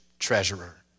treasurer